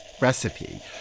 recipe